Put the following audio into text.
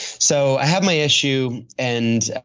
so, i have my issue and